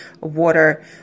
water